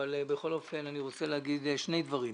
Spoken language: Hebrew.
אבל בכל אופן אני רוצה להגיד שני דברים.